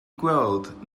gweld